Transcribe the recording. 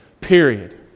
Period